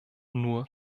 nur